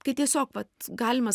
kai tiesiog vat galima